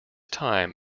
time